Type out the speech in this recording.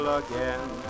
again